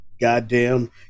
goddamn